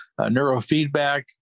neurofeedback